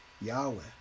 Yahweh